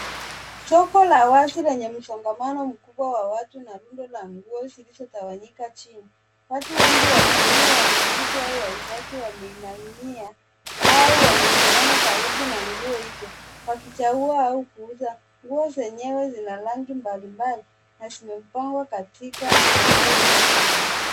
Soko la wazi lenye msongamano mkubwa wa watu na duka za nguo zilizotawanyika chini. Watu wengi wakiwemo wanunuzi au wauzaji wa bidhaa waking'ang'ania au wamesimama karibu na nguoi hizo wakichangua au kuuza nguo zenyewe zina rangi mbalimbali nazimepangwa katika marundo makubwa.